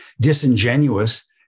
disingenuous